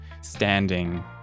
standing